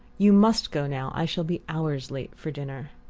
you must go now i shall be hours late for dinner.